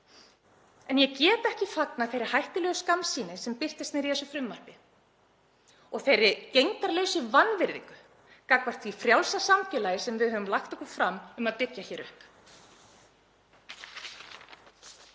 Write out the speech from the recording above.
En ég get ekki fagnað þeirri hættulegu skammsýni sem birtist í þessu frumvarpi og þeirri gegndarlausu vanvirðingu gagnvart því frjálsa samfélagi sem við höfum lagt okkur fram um að byggja hér upp.